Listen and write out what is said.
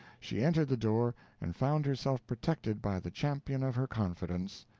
she entered the door and found herself protected by the champion of her confidence.